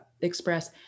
express